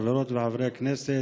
חברות וחברי הכנסת,